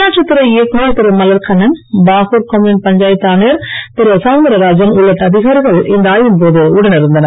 உள்ளாட்சித் துறை இயக்குனர் திரு மலர் கண்ணன் பாகூர் கொம்யூன் பஞ்சாயத்து ஆணையர் திரு சௌந்தரராஜன் உன்ளிட்ட அதிகாரிகள் இந்த ஆய்வின் போது உடன் இருந்தனர்